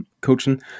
coaching